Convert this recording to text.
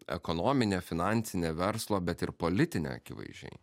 ekonominė finansinė verslo bet ir politinė akivaizdžiai